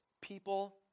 people